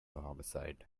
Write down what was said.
homicide